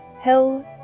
hell